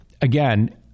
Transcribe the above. again